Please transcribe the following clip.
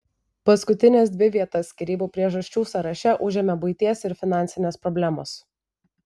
paskutines dvi vietas skyrybų priežasčių sąraše užėmė buities ir finansinės problemos